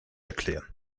erklären